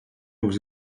aux